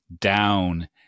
down